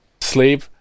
sleep